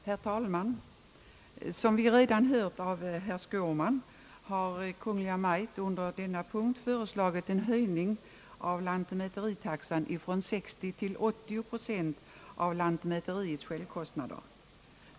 Herr talman! Som vi redan hört av herr Skårman har Kungl. Maj:t under denna punkt föreslagit en höjning av lantmäteritaxan från 60 till 80 procent av lantmäteriets självkostnader.